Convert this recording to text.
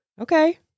Okay